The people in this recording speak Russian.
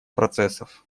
процессов